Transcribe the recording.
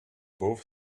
both